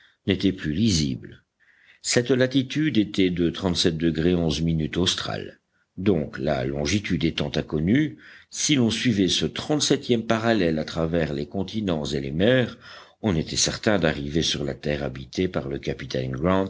n'était plus lisible cette latitude était celle de australe donc la longitude étant inconnue si l'on suivait ce trente-septième parallèle à travers les continents et les mers on était certain d'arriver sur la terre habitée par le capitaine